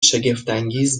شگفتانگیز